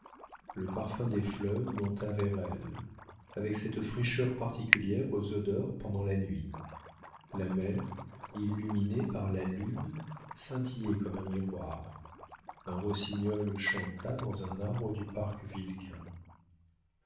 le parfum des fleurs monta vers elle avec cette fraîcheur particulière aux odeurs pendant la nuit la mer illuminée par la lune scintillait comme un miroir un rossignol chanta dans un arbre du parc